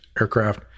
aircraft